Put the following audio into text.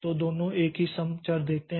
तो दोनों एक ही सम चर देखते हैं